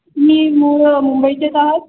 मी मुंबईचेच आहात